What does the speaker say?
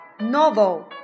Novel